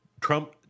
Trump